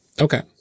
Okay